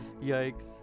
Yikes